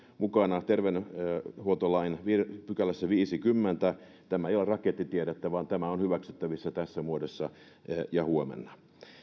mukana terveydenhuoltolain viidennessäkymmenennessä pykälässä tämä ei ole rakettitiedettä vaan tämä on hyväksyttävissä tässä muodossa huomenna